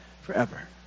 forever